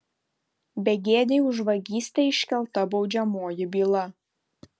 begėdei už vagystę iškelta baudžiamoji byla